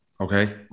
Okay